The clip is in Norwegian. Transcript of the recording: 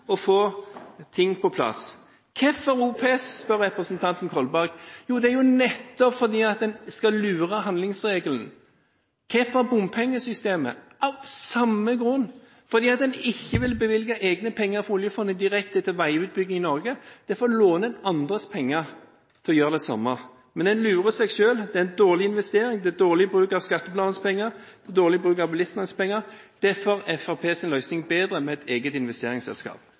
og få ting på plass? «Hvorfor OPS?», spurte representanten Kolberg. – Jo, det er nettopp fordi en skal lure handlingsregelen. Hvorfor bompengesystemet? Av samme grunn – fordi en ikke vil bevilge egne penger fra oljefondet direkte til veiutbygging i Norge, og derfor låner en andres penger til å gjøre det samme. Men en lurer seg selv. Det er en dårlig investering – det er dårlig bruk av skattebetalernes penger, og det er dårlig bruk av bilistenes penger. Derfor er Fremskrittspartiets løsning, med et eget investeringsselskap,